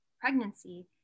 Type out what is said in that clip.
pregnancy